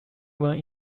went